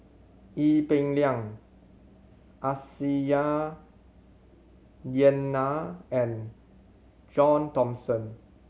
Ee Peng Liang Aisyah Lyana and John Thomson